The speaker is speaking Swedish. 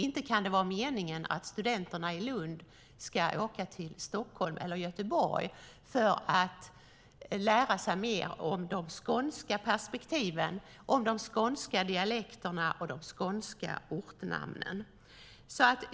Det kan inte vara meningen att studenterna i Lund ska åka till Stockholm eller Göteborg för att lära sig mer om de skånska perspektiven, de skånska dialekterna och de skånska ortnamnen.